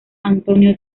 antonio